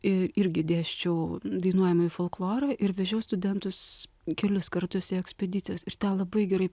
ir irgi dėsčiau dainuojamąjį folklorą ir vežiau studentus kelis kartus į ekspedicijas ir ten labai gerai